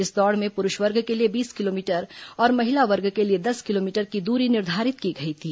इस दौड़ में पुरुष वर्ग के लिए बीस किलोमीटर और महिला वर्ग के लिए दस किलोमीटर की दूरी निर्धारित की गई थी